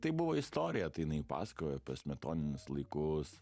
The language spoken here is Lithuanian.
tai buvo istorija tai jinai pasakojo smetoninius laikus